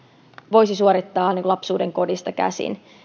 voisi suorittaa lapsuudenkodista käsin